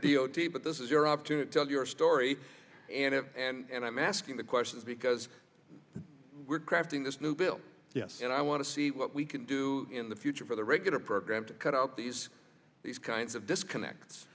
t but this is your opportunity tell your story and i'm asking the questions because we're crafting this new bill yes and i want to see what we can do in the future for the regular program to cut out these these kinds of disconnects